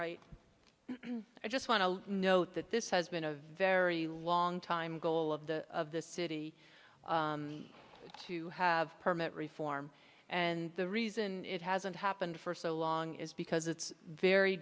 now i just want to note that this has been a very long time goal of the of the city to have permit reform and the reason it hasn't happened for so long is because it's very